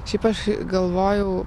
šiaip aš galvojau